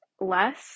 less